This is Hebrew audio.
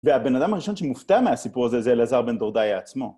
והבן אדם הראשון שמופתע מהסיפור הזה זה אלעזר בן דורדיא עצמו.